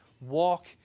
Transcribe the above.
walk